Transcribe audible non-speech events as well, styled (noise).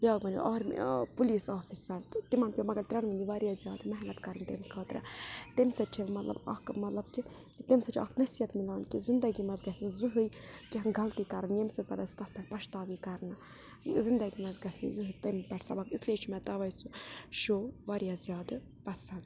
بیٛاکھ بَنیو army police officer تہٕ تِمَن پیوٚو مگر ترٛےٚ نوٲنی واریاہ زیادٕ محنت کَرٕنۍ تمہِ خٲطرٕ تمہِ سۭتۍ چھِ مطلب اَکھ مطلب کہِ تمہِ سۭتۍ چھِ اَکھ نصیحت مِلان کہِ زِندگی منٛز گژھِ نہٕ زٕہٕنۍ کیٛنٛہہ غلطی کَرُن ییٚمہِ سۭتۍ پَتہٕ اَسہِ تَتھ پٮ۪ٹھ پَشتاو یی کَرنہٕ زِندَگی منٛز گژھِ نہٕ زٕہٕنۍ (unintelligible) پٮ۪ٹھ (unintelligible) اِسلیے چھُ مےٚ تَوَے سُہ شو واریاہ زیادٕ پَسَنٛد